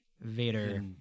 Vader